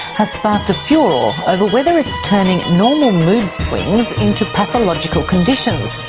has sparked a furore over whether it's turning normal mood swings into pathological conditions.